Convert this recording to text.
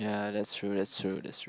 ya that's true that's true that's true